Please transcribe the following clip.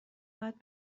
باید